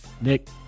nick